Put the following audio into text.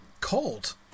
cold